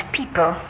people